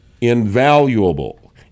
invaluable